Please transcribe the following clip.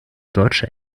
deutsche